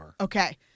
okay